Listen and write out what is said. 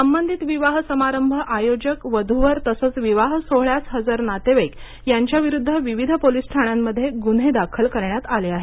संबंधित विवाह समारंभ आयोजक वधू वर तसंच विवाह सोहळ्यास हजर नातेवाईक यांच्याविरुद्ध विविध पोलिस ठाण्यांमध्ये गुन्हे दाखल करण्यात आले आहेत